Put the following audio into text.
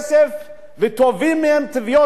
ותובעים מהם תביעות משפטיות.